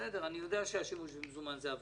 בסדר, אני יודע שהשימוש במזומן זה עבירה,